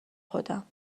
خودم